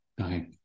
Okay